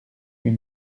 huit